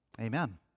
Amen